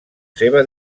seva